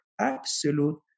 Absolute